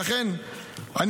לכן אני